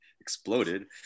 exploded